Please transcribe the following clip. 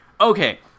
Okay